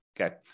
Okay